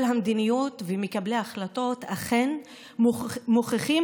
אבל המדיניות ומקבלי ההחלטות אכן מוכיחים